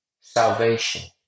salvation